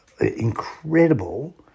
incredible